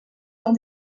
dans